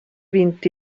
vint